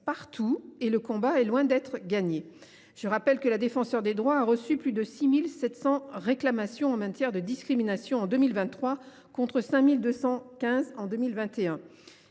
ce domaine, le combat est loin d’être gagné. Je rappelle que la Défenseure des droits a reçu plus de 6 700 réclamations en matière de discrimination en 2023, contre 5 215 en 2021.